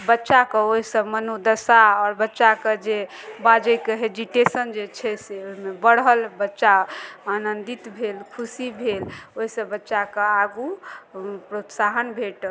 बच्चाकेँ ओहिसँ मनोदशा आओर बच्चाकेँ जे बाजयके हेजिटेशन जे छै से ओहिमे बढ़ल बच्चा आनन्दित भेल खुशी भेल ओहिसँ बच्चाकेँ आगू प्रोत्साहन भेटल